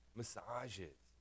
massages